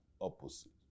opposite